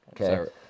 Okay